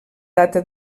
data